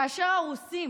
כאשר הרוסים